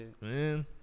Man